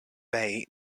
bay